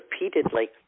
repeatedly